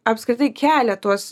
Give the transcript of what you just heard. apskritai kelia tuos